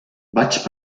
vaig